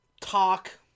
talk